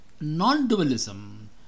non-dualism